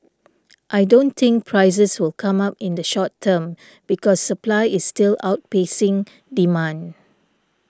I don't think prices will come up in the short term because supply is still outpacing demand